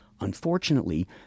Unfortunately